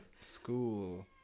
School